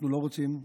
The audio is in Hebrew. אנחנו לא רוצים בכך.